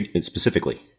specifically